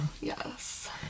Yes